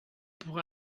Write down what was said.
pour